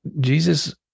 Jesus